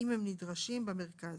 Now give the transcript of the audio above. אם הם נדרשים במרכז: